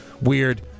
weird